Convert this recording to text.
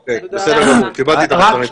אוקיי, בסדר גמור, קיבלתי את המסרים.